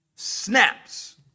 Snaps